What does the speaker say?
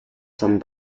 some